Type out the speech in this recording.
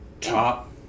Top